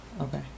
Okay